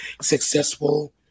successful